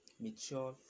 Mitchell